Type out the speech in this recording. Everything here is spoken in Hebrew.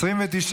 התשפ"ג 2022,